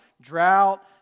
drought